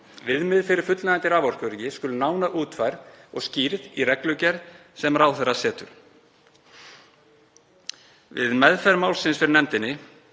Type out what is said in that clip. Viðmið fyrir fullnægjandi raforkuöryggi skulu nánar útfærð og skýrð í reglugerð sem ráðherra setur.“ Við meðferð málsins fyrir nefndinni